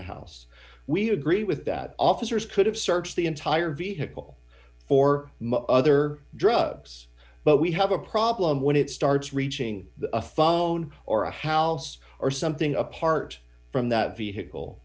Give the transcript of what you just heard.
the house we agree with that officers could have searched the entire vehicle for other drugs but we have a problem when it starts reaching a phone or a house or something apart from that vehicle